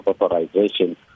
authorization